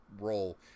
role